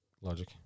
logic